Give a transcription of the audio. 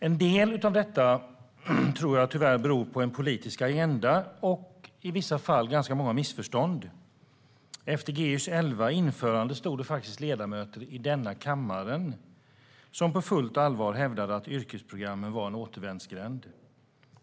En del av detta tror jag tyvärr beror på en politisk agenda och i vissa fall på ganska många missförstånd. Efter införandet av Gy 2011 var det faktiskt ledamöter i denna kammare som på fullt allvar hävdade att yrkesprogrammen var en återvändsgränd.